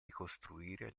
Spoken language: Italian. ricostruire